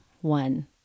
one